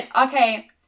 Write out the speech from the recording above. okay